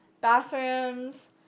bathrooms